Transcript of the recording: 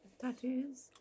tattoos